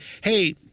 hey